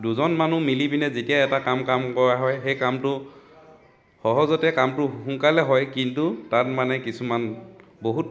দুজন মানুহ মিলি পিনে যেতিয়া এটা কাম কাম কৰা হয় সেই কামটো সহজতে কামটো সোনকালে হয় কিন্তু তাত মানে কিছুমান বহুত